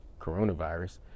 coronavirus